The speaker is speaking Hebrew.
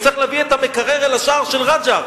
הוא צריך להביא את המקרר אל השער של רג'ר.